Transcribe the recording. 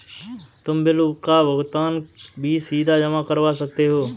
तुम बिल का भुगतान भी सीधा जमा करवा सकते हो